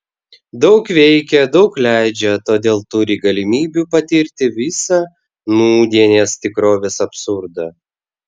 daug veikia daug leidžia todėl turi galimybių patirti visą nūdienės tikrovės absurdą